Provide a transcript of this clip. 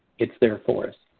it's there for us.